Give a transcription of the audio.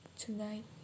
tonight